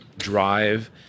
drive